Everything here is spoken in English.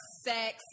sex